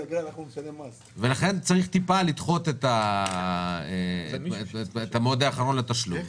לכן צריך לדחות במקצת את המועד האחרון לתשלום.